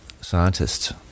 scientists